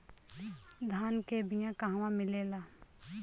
धान के बिया कहवा मिलेला?